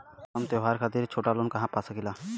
हम त्योहार खातिर छोटा लोन कहा पा सकिला?